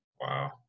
wow